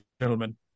gentlemen